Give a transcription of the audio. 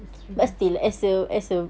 that's true